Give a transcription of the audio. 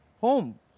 home